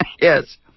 Yes